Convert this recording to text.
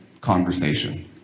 conversation